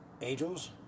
angels